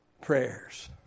prayers